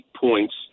points